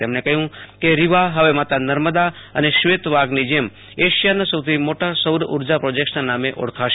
તેમણે કહ્યું કે રીવા જેવૈ માતા નર્મદા અને શ્વેત વાધની જેમ એશિયાના સૌથી મોટા સૌર ઉર્જા પ્રોજેક્ટના નામેં ઓળખાશે